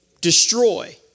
Destroy